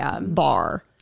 bar